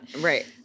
Right